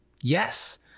Yes